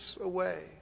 away